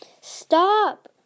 Stop